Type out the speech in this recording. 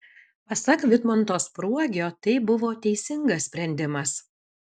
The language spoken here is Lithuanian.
pasak vidmanto spruogio tai buvo teisingas sprendimas